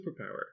superpower